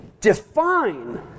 define